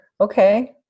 okay